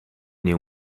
nieuw